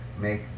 make